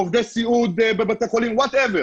עובדי סיעוד בבתי חולים או כל דבר,